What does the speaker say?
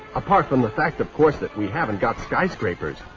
apart from the fact, of course, that we haven't got sky scrapers.